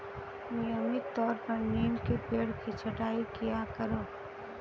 नियमित तौर पर नीम के पेड़ की छटाई किया करो